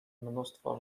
mnóstwo